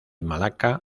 malaca